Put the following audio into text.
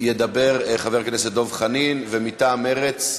ידבר חבר הכנסת דב חנין, ומטעם מרצ,